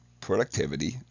productivity